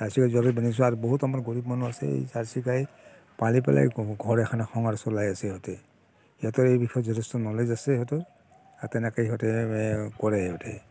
jersey গাই যোৱা বছৰ কিনিছোঁ আৰু এইটো বহুত আমাৰ গৰীৱ মানুহ আছে জাৰ্চি গাই পালি পেলাই ঘৰ এখন সংসাৰ চলাই আছে সিহঁতে সিহঁতৰ এই বিষয়ে যথেষ্ট নলেজ আছে সিহঁতৰ আৰু তেনেকৈয়ে সিহঁতে কৰে আৰু গোটেই